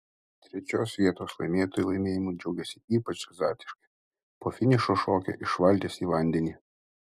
trečios vietos laimėtojai laimėjimu džiaugėsi ypač azartiškai po finišo šokę iš valties į vandenį